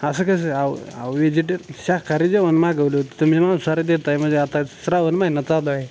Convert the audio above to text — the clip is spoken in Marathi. असं कसं अहो अहो वेजिटेल शाकाहारी जेवण मागवलं होतं तुम्ही मांसाहारी देताय म्हणजे आता श्रावण महिना चालू आहे